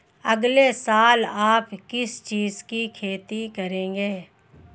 अगले साल आप किस चीज की खेती करेंगे?